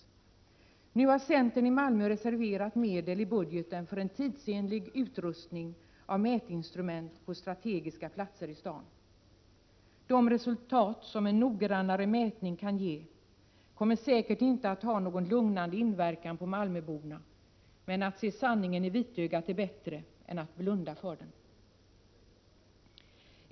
35 Nu har centern i Malmö reserverat medel i budgeten för en tidsenlig en noggrannare mätning kan ge kommer säkert inte att ha någon lugnande inverkan på malmöborna, men att se sanningen i vitögat är bättre än att blunda för den.